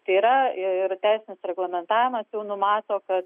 tai yra ir teisinis reglamentavimas jau numato kad